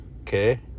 Okay